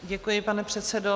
Děkuji, pane předsedo.